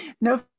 no